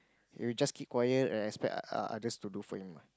he will just keep quiet and expect uh others to do for him lah